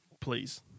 Please